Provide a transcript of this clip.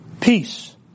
Peace